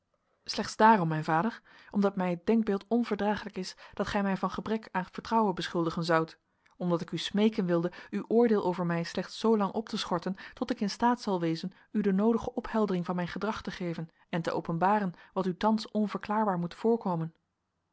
slechts daarom mijn vader omdat mij het denkbeeld onverdraaglijk is dat gij mij van gebrek aan vertrouwen beschuldigen zoudt omdat ik u smeeken wilde uw oordeel over mij slechts zoolang op te schorten tot ik in staat zal wezen u de noodige opheldering van mijn gedrag te geven en te openbaren wat u thans onverklaarbaar moet voorkomen